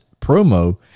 promo